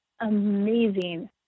amazing